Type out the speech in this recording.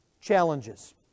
challenges